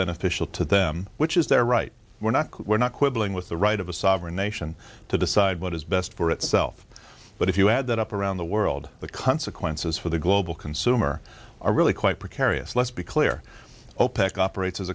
beneficial to them which is their right we're not we're not quibbling with the right of a sovereign nation to decide what is best for itself but if you add that up around the world the consequences for the global consumer are really quite precarious let's be clear opec operates as